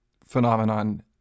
phenomenon